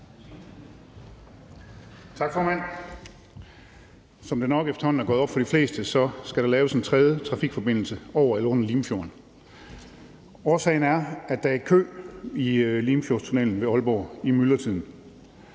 Tak, formand. Som det nok efterhånden er gået op for de fleste, skal der laves en tredje trafikforbindelse over eller under Limfjorden. Årsagen er, at der er kø i Limfjordstunnellen ved Aalborg i myldretiden.